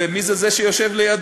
ומי זה זה שיושב לידו?